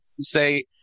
say